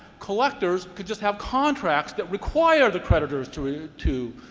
collectors could just have contracts that require the creditors to to